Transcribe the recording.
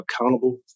accountable